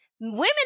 Women